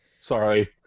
Sorry